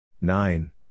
Nine